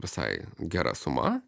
visai gera suma